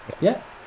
yes